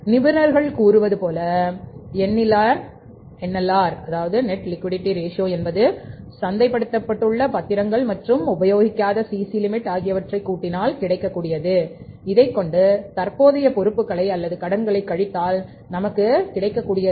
நிபுணர்கள் கூறுவது போல எண்ணிலார் நெட் லிக்விடிட்டி ரேஷியோஆகியவைகளை கூட்டினால் கிடைக்கக்கூடியது இதைக்கொண்டு தற்போதைய பொறுப்புகளை அல்லது கடன்களை கழித்தால் நமக்கு கிடைக்க கூடியது